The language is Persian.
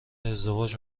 ازدواج